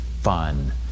fun